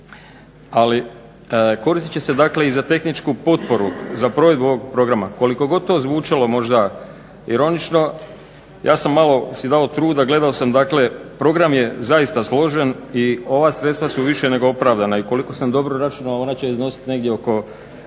ali koristit će se dakle i za tehničku potporu za provedbu ovog programa. Koliko god to zvučalo možda ironično ja sam malo si dao truda, gledao sam dakle program je zaista složen i ova sredstva su više nego opravdana i koliko sam dobro računao ona će iznositi negdje oko